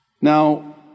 Now